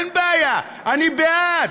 אין בעיה, אני בעד.